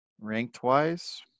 Ranked-wise